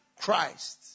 Christ